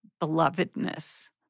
belovedness